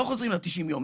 לא חוזרים ל-90 יום.